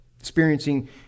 Experiencing